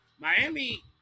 Miami